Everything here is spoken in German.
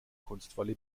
kunstvolle